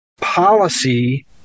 policy